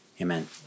Amen